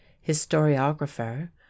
historiographer